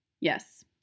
Yes